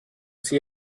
sie